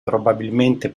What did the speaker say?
probabilmente